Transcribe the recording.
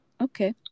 Okay